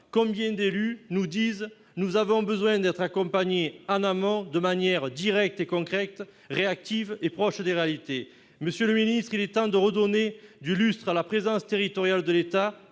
combien d'élus nous disent qu'ils ont besoin d'être accompagnés en amont de manière directe et concrète, réactive et proche des réalités ! Monsieur le ministre, il est temps de redonner du lustre à la présence territoriale de l'État